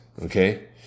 Okay